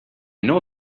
know